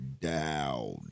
down